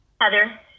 Heather